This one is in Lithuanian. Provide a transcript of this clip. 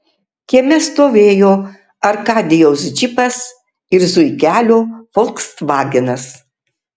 kieme stovėjo arkadijaus džipas ir zuikelio folksvagenas